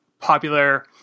popular